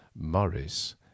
morris